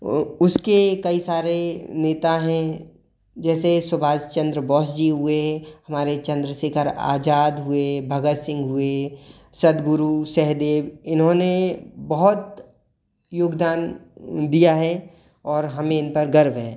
उसके कई सारे नेता हैं जैसे सुभाष चंद्र बोस जी हुए हमारे चंद्रशेखर आज़ाद हुए भगत सिंह हुए सदगुरु सेहदेव इन्होंने बहुत योगदान दिया है और हमें इन पर गर्व है